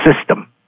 system